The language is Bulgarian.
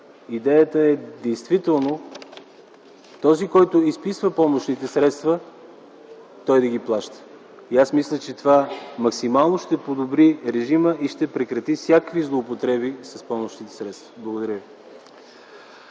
Идеята е действително този, който изписва помощните средства, да ги плаща. Аз мисля, че това максимално ще подобри режима и ще прекрати всякакви злоупотреби с помощни средства. Благодаря ви.